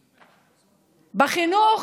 בחינוך,